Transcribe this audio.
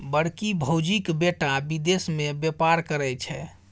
बड़की भौजीक बेटा विदेश मे बेपार करय छै